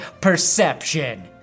Perception